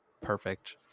perfect